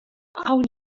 awn